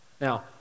Now